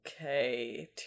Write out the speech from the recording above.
Okay